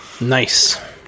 Nice